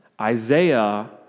Isaiah